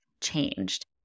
changed